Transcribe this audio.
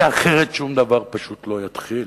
כי אחרת שום דבר פשוט לא יתחיל.